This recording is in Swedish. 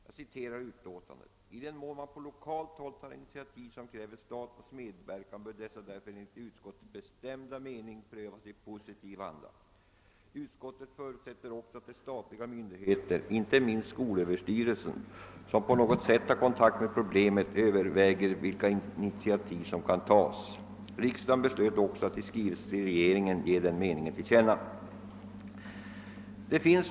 Jag citerar utlåtandet: »I den mån man på lokalt håll tar initiativ som kräver statens medverkan bör dessa därför enligt utskottets bestämda mening prövas i positiv anda. Utskottet förutsätter också att de statliga myndigheter — inte minst skolöverstyrelsen — som på något sätt har kontakt med problemet överväger vilka initiativ som kan tas.» Riksdagen beslöt också att i skrivelse till regeringen ge denna förklaring till känna.